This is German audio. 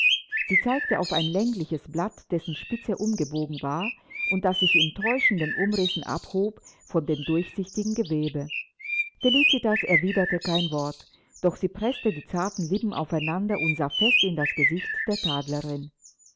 sie zeigte auf ein längliches blatt dessen spitze umgebogen war und das sich in täuschenden umrissen abhob von dem durchsichtigen gewebe felicitas erwiderte kein wort doch sie preßte die zarten lippen aufeinander und sah fest in das gesicht der